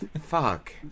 fuck